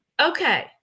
okay